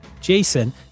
Jason